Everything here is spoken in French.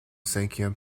cinquième